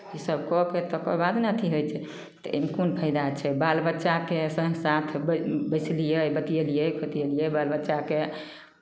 इसभ कऽ कऽ तकर बाद ने अथि होइ छै तऽ एहिमे कोन फाइदा छै बाल बच्चाके सङ्ग साथ बै बैसलियै बतएलियै खोतिएलियै बाल बच्चाके